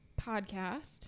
podcast